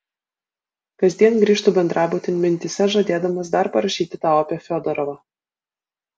kasdien grįžtu bendrabutin mintyse žadėdamas dar parašyti tau apie fiodorovą